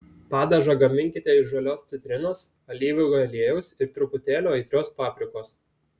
padažą gaminkite iš žalios citrinos alyvuogių aliejaus ir truputėlio aitrios paprikos